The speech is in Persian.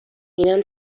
اینم